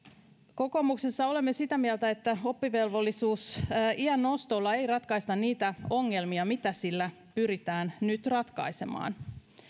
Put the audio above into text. kokoomuksessa olemme sitä mieltä että oppivelvollisuusiän nostolla ei ratkaista niitä ongelmia mitä sillä pyritään nyt ratkaisemaan